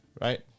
right